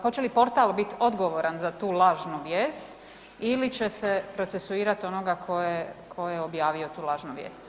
Hoće li portal biti odgovoran za tu lažnu vijest ili će se procesuirati onoga tko je objavio tu lažnu vijest?